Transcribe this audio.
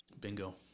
Bingo